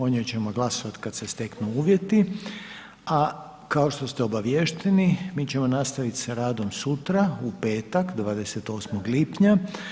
O njoj ćemo glasovati kad se steknu uvjeti, a kao što ste obaviješteni mi ćemo nastaviti s radom sutra, u petak, 28. lipnja.